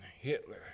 hitler